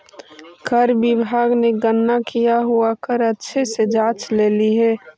कर विभाग ने गणना किया हुआ कर अच्छे से जांच लेली हे